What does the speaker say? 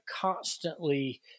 constantly